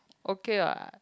okay lah